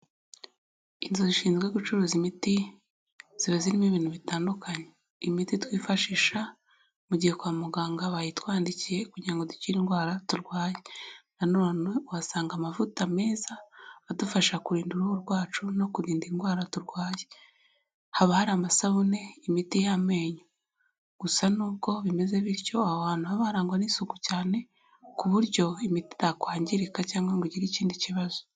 Inzu zishinzwe gucuruza imiti, ziba zirimo ibintu bitandukanye. Imiti twifashisha mu gihe kwa muganga bayitwandikiye kugira ngo dukin indwara turwaye. Nanone wahasanga amavuta meza adufasha kurinda uruhu rwacu no kurinda indwara turwaye. Haba hari amasabune, imiti y'amenyo. Gusa n'ubwo bimeze bityo, aba bantu baba barangwa n'isuku cyane ku buryo imiti itakwangirika cyangwa ngo u igire ikindi kibazo.